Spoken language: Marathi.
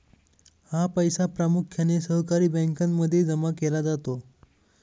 हा पैसा प्रामुख्याने सहकारी बँकांमध्ये जमा केला जातो